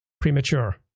premature